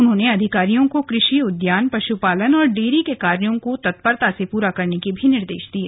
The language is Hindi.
उन्होंने अधिकारियों को कृषि उद्यान पशुपालन और डेरी के कार्यों को तत्परता से पूरा करने के भी निर्देश दिये